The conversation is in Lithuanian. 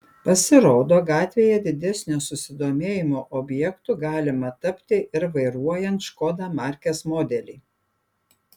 pasirodo gatvėje didesnio susidomėjimo objektu galima tapti ir vairuojant škoda markės modelį